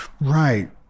Right